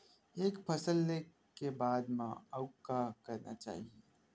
एक फसल ले के बाद म अउ का करना चाही?